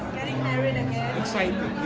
getting married again excited,